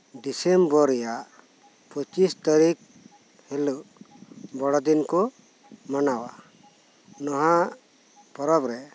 December ᱨᱮᱭᱟᱜ ᱯᱩᱪᱤᱥ ᱛᱟᱹᱨᱤᱠᱷ ᱦᱤᱞᱟᱹᱜ ᱵᱚᱲᱚᱫᱤᱱ ᱠᱩ ᱢᱟᱱᱟᱣᱟ ᱱᱚᱣᱟ ᱯᱚᱨᱚᱵ ᱨᱮ